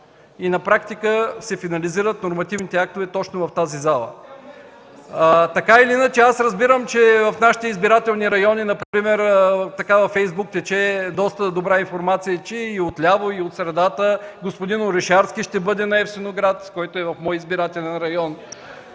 На практика се финализират нормативните актове точно в тази зала. (Шум и реплики.) Аз разбирам, че в нашите избирателни райони, във фейсбук тече доста информация и отляво, и от средата, че господин Орешарски ще бъде на Евксиноград, което е в моя избирателен район!